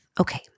Okay